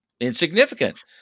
insignificant